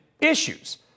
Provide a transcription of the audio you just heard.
issues